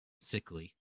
sickly